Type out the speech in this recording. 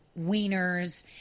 Wieners